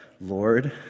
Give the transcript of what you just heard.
Lord